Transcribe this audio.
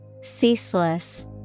Ceaseless